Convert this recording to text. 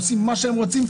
עושים מה שהם רוצים.